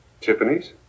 Tiffany's